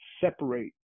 separate